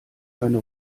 eine